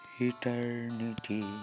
eternity